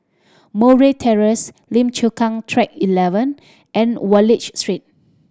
Murray Terrace Lim Chu Kang Track Eleven and Wallich Street